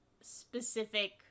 specific